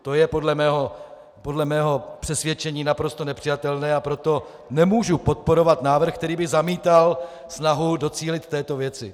To je podle mého přesvědčení naprosto nepřijatelné, a proto nemůžu podporovat návrh, který by zamítal snahu docílit této věci.